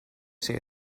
say